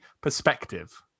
perspective